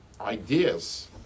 ideas